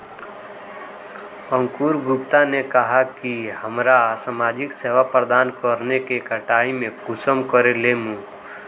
अंकूर गुप्ता ने कहाँ की हमरा समाजिक सेवा प्रदान करने के कटाई में कुंसम करे लेमु?